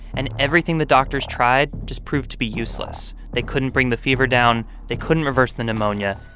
and everything the doctors tried just proved to be useless. they couldn't bring the fever down. they couldn't reverse the pneumonia.